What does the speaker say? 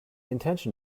intention